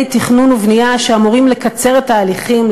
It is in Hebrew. תכנון ובנייה שאמורים לקצר את ההליכים,